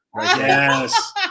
Yes